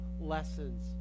lessons